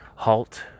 Halt